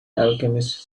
alchemist